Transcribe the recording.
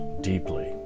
deeply